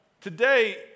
today